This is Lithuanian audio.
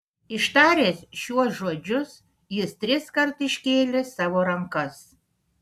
ištaręs šiuos žodžius jis triskart iškėlė savo rankas